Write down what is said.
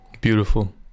beautiful